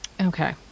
okay